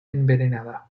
envenenada